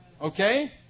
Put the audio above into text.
Okay